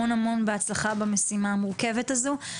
המון המון בהצלחה במשימה המורכבת הזו.